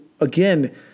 again